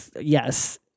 yes